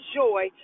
joy